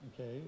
Okay